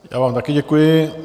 Já vám taky děkuji.